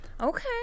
Okay